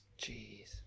Jeez